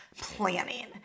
planning